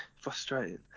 frustrating